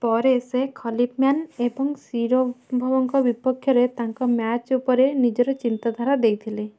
ପରେ ସେ Khalifman ଏବଂ ଶିରୋଭଙ୍କ ବିପକ୍ଷରେ ତାଙ୍କ ମ୍ୟାଚ୍ ଉପରେ ନିଜର ଚିନ୍ତାଧାରା ଦେଇଥିଲେ